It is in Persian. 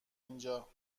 اینجا